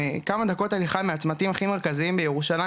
כמה דקות הליכה מהצמתים הכי מרכזיים בירושלים,